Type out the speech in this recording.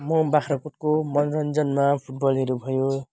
म बाख्राकोटको मनोरञ्जनमा फुटबलहरू भयो